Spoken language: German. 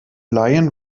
laien